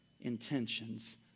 intentions